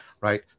right